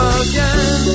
again